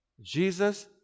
Jesus